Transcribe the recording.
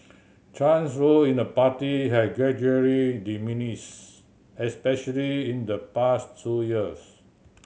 Chen's role in the party has gradually diminished especially in the past two years